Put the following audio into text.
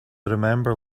remember